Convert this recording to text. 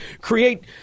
create